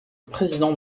président